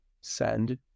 send